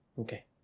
okay